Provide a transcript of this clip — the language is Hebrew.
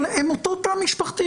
אבל הם אותו תא משפחתי,